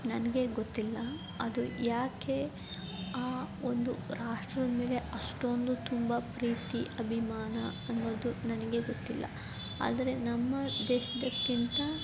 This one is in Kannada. ನನಗೆ ಗೊತ್ತಿಲ್ಲ ಅದು ಏಕೆ ಆ ಒಂದು ರಾಷ್ಟ್ರದ ಮೇಲೆ ಅಷ್ಟೊಂದು ತುಂಬ ಪ್ರೀತಿ ಅಭಿಮಾನ ಅನ್ನೋದು ನನಗೆ ಗೊತ್ತಿಲ್ಲ ಆದರೆ ನಮ್ಮ ದೇಶದಕ್ಕಿಂತ